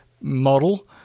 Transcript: model